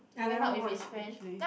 I never watch actually